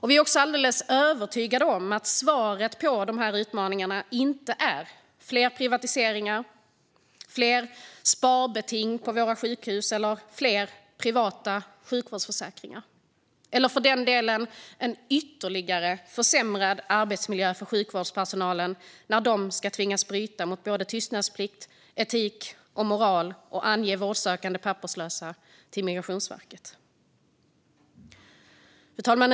Vi är också alldeles övertygade om att svaret på dessa utmaningar inte är fler privatiseringar, fler sparbeting på våra sjukhus eller fler privata sjukvårdsförsäkringar - eller för den delen ytterligare försämrad arbetsmiljö för sjukvårdspersonalen när de ska tvingas bryta mot både tystnadsplikt, etik och moral och ange vårdsökande papperslösa till Migrationsverket. Fru talman!